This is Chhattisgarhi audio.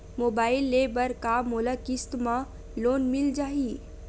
मोबाइल ले बर का मोला किस्त मा लोन मिल जाही?